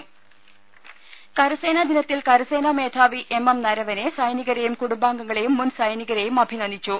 ദേദ കരസേന ദിനത്തിൽ കരസേനാ മേധാവി എം എം നരവനെ സൈനികരെയും കുടുംബാംഗങ്ങളെയും മുൻ സൈനികരെയും അഭിനന്ദിച്ചു